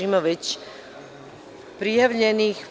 Imamo već prijavljenih.